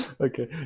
Okay